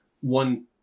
one